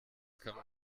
kann